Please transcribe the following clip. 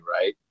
right